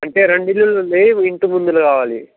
అంటే రెండు ఇల్లులున్నాయ్ ఇంటి ముందల కావాలి